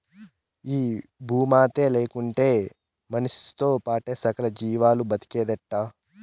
ఈ భూమాతే లేకుంటే మనిసితో పాటే సకల జీవాలు బ్రతికేదెట్టా